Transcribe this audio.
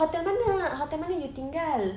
hotel mana hotel mana you tinggal